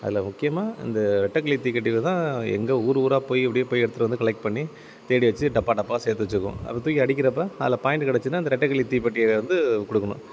அதில் முக்கியமாக இந்த ரெட்டைக்கிளி தீப்பெட்டியிலதான் எங்கள் ஊர் ஊராக போய் அப்படியே போய் எடுத்துகிட்டு வந்து கலெக்ட் பண்ணி தேடி வச்சு டப்பா டப்பாவாக சேர்த்து வச்சிக்குவோம் அப்போ தூக்கி அடிக்கிறப்போ அதில் பாயிண்ட் கெடைச்சின்னா அந்த ரெட்டைக்கிளி தீப்பெட்டியை வந்து கொடுக்கணும்